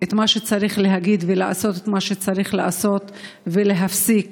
את מה שצריך להגיד ולעשות את מה שצריך לעשות ולהפסיק